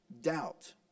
Doubt